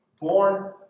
Born